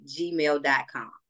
gmail.com